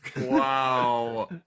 Wow